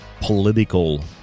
political